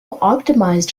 optimised